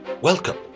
Welcome